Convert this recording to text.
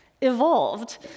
evolved